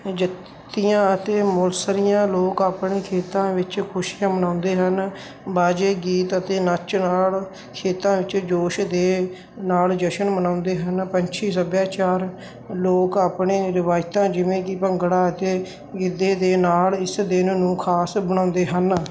ਜੱਤੀਆਂ ਅਤੇ ਮੋਸਰੀਆਂ ਲੋਕ ਆਪਣੇ ਖੇਤਾਂ ਵਿੱਚ ਖੁਸ਼ੀਆਂ ਮਨਾਉਂਦੇ ਹਨ ਵਾਜੇ ਗੀਤ ਅਤੇ ਨੱਚਣ ਨਾਲ ਖੇਤਾਂ ਵਿੱਚ ਜੋਸ਼ ਦੇ ਨਾਲ ਜਸ਼ਨ ਮਨਾਉਂਦੇ ਹਨ ਪੰਛੀ ਸੱਭਿਆਚਾਰ ਲੋਕ ਆਪਣੇ ਰਿਵਾਇਤਾਂ ਜਿਵੇਂ ਕਿ ਭੰਗੜਾ ਅਤੇ ਗਿੱਧੇ ਦੇ ਨਾਲ ਇਸ ਦਿਨ ਨੂੰ ਖ਼ਾਸ ਬਣਾਉਂਦੇ ਹਨ